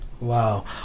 Wow